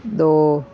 ਦੋ